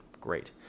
Great